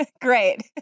Great